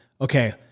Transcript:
Okay